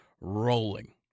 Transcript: rolling